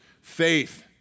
faith